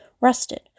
Rusted